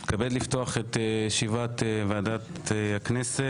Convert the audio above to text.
אני מתכבד לפתוח את ישיבת ועדת הכנסת.